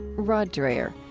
rod dreher.